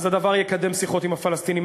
אז הדבר יקדם שיחות עם הפלסטינים.